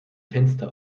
fenster